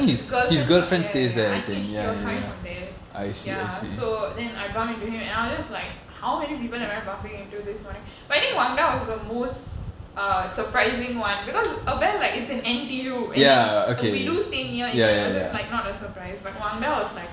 his girlfriend ya ya ya I think he was coming from there ya so then I bump into him and I was just like how many people am I bumping into this morning but I think wang da was the most err surprising one because label like it's in N_T_U and then we do stay near each other so it's like not as surprise but wang da was like